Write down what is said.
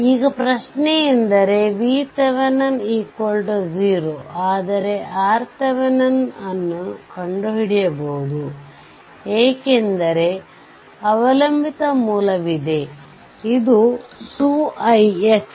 ಈಗ ಪ್ರಶ್ನೆಯೆಂದರೆ VThevenin0 ಆದರೆ RThevenin ಅನ್ನು ಕಂಡುಹಿಡಿಯಬಹುದು ಏಕೆಂದರೆ ಅವಲಂಬಿತ ಮೂಲವಿದೆ ಇದು 2 ix